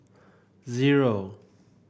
zero